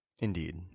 Indeed